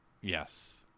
Yes